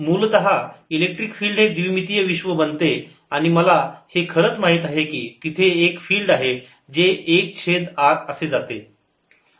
मूलतः electric field हे द्विमितीय विश्व बनते आणि मला हे खरंच माहीत आहे की तिथे एक फिल्ड आहे जे 1 छेद r असे जाते